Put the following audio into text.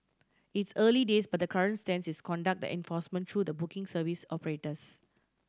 it's early days but the current stance is conduct the enforcement through the booking service operators